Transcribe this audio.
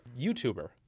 YouTuber